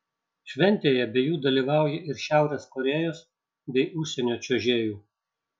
šventėje be jų dalyvauja ir šiaurės korėjos bei užsienio čiuožėjų